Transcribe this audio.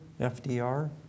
FDR